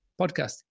podcast